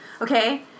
Okay